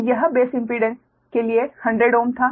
तो यह base impedance के लिए 100Ω था